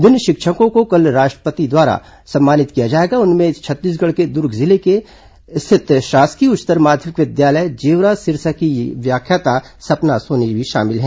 जिन शिक्षकों को कल राष्ट्रपति द्वारा सम्मानित किया जाएगा उनमें छत्तीसगढ़ के दुर्ग जिले में स्थित शासकीय उच्चतर माध्यमिक विद्यालय जेवरा सिरसा की व्याख्याता सपना सोनी भी शामिल हैं